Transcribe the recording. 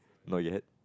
not yet